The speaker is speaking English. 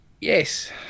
Yes